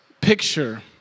picture